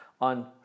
on